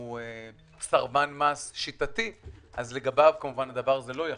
והוא סרבן מס שיטתי לגביו זה לא יחול,